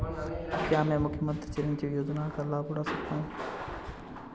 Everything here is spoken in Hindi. क्या मैं मुख्यमंत्री चिरंजीवी योजना का लाभ उठा सकता हूं?